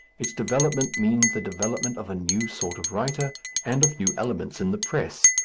its development means the development of a new sort of writer and of new elements in the press.